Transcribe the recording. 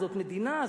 זאת מדינה,